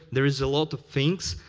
there is a lot of things,